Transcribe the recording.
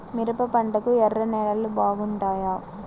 మిరప పంటకు ఎర్ర నేలలు బాగుంటాయా?